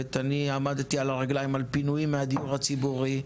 הקודמת אני עמדתי על הרגליים על פינויים מהדיור הציבורי,